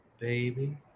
baby